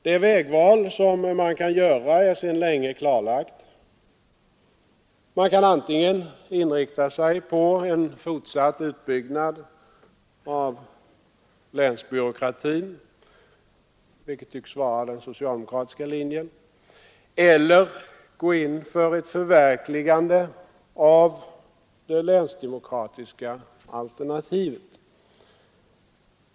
Det vägval som man kan göra är sedan länge klarlagt. Man kan antingen inrikta sig på en fortsatt utbyggnad av länsbyråkratin — vilket tycks vara den socialdemokratiska linjen — eller gå in för ett förverkligande av det länsdemokratiska alternativet.